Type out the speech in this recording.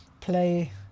play